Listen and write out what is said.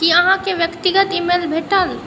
कि अहाँकेँ व्यक्तिगत ईमेल भेटल